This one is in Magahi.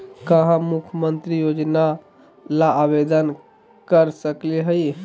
का हम मुख्यमंत्री योजना ला आवेदन कर सकली हई?